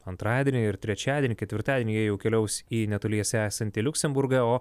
antradienį ir trečiadienį ketvirtadienį jie jau keliaus į netoliese esantį liuksemburgą o